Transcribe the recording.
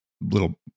little